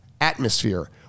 atmosphere